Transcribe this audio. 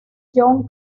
john